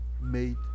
made